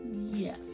Yes